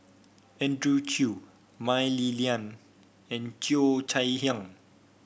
Andrew Chew Mah Li Lian and Cheo Chai Hiang